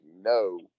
no